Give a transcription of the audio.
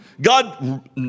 God